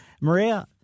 Maria